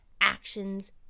actions